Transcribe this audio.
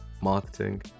marketing